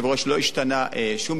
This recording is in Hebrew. לא השתנה שום דבר.